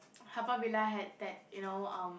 Haw-Par-Villa had that you know um